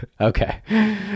Okay